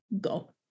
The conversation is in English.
go